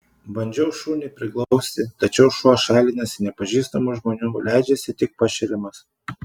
bandžiau šunį priglausti tačiau šuo šalinasi nepažįstamų žmonių leidžiasi tik pašeriamas